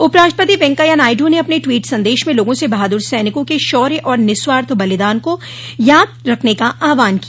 उपराष्ट्रपति वैंकेयानायडू ने अपने ट्वीट सन्देश में लोगों से बहादुर सैनिकों के शौर्य और निःस्वार्थ बलिदान को याद रखने का आह्वान किया